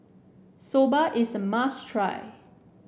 soba is a must try